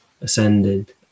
ascended